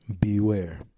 beware